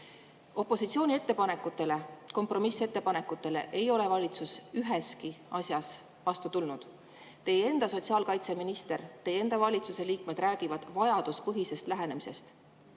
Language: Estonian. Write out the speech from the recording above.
Opositsiooni ettepanekutele, kompromissettepanekutele ei ole valitsus üheski asjas vastu tulnud. Teie enda sotsiaalkaitseminister ja teie enda valitsuse liikmed räägivad vajaduspõhisest lähenemisest.